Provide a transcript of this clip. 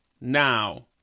now